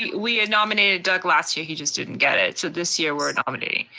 we had nominated doug last year, he just didn't get it. so this year we're nominating,